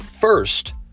First